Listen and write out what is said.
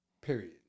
Period